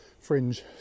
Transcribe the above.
fringe